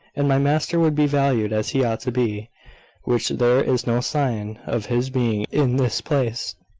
and my master would be valued as he ought to be which there is no sign of his being in this place.